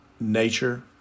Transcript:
nature